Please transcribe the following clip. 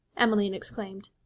emmeline exclaimed.